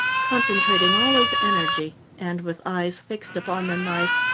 concentrating all his energy, and, with eyes fixed upon the knife,